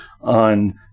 on